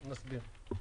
נסביר.